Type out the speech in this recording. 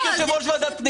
הייתי יושב ראש ועדת הפנים,